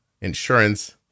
insurance